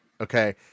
okay